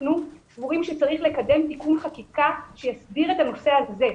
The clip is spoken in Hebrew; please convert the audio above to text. אנחנו סבורים שצריך לקדם תיקון חקיקה שיסדיר את הנושא הזה.